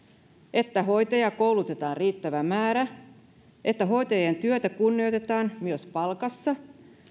että hoitajia koulutetaan riittävä määrä että hoitajien työtä kunnioitetaan myös palkassa